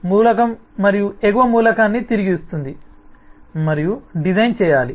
మూలకం మరియు ఎగువ మూలకాన్ని తిరిగి ఇస్తుంది మరియు మీరు డిజైన్ చేయాలి